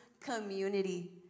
community